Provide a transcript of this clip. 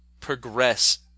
progress